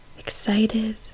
Excited